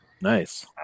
nice